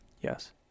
Yes